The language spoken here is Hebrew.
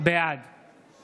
בעד